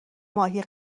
ماهی